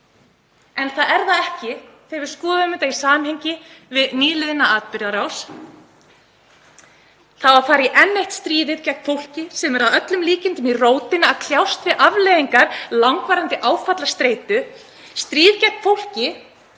en það er það ekki þegar við skoðum þetta í samhengi við nýliðna atburðarás. Það á að fara í enn eitt stríðið gegn fólki sem er að öllum líkindum í rótina að kljást við afleiðingar langvarandi áfallastreitu, stríð gegn fólki